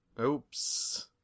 Oops